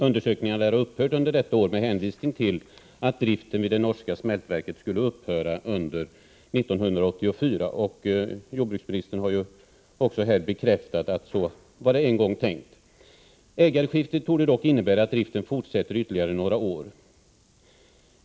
Undersökningarna lär ha upphört under innevarande år, med hänvisning till att driften vid det norska smältverket skulle läggas ned under 1984. Jordbruksministern har ju också här bekräftat att så var det en gång tänkt. Det ägarskifte som skett torde dock betyda att driften fortsätter ytterligare några år.